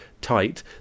tight